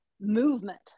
movement